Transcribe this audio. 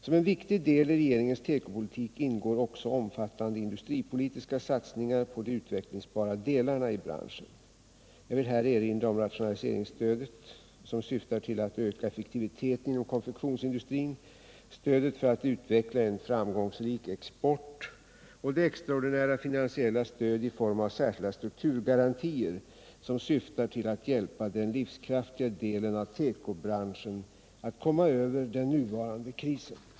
Som en viktig del i regeringens tekopolitik ingår också omfattande industripolitiska satsningar på de utvecklingsbara delarna i branschen. Jag vill här erinra om rationaliseringsstödet som syftar till att öka effektiviteten inom konfektionsindustrin, stödet för att utveckla en framgångsrik export och det extraordinära finansiella stöd i form av särskilda strukturgarantier som syftar till att hjälpa den livskraftiga delen av tekobranschen att komma över den nuvarande krisen.